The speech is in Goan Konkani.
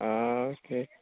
आके